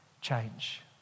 Change